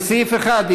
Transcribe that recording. לסעיף 1,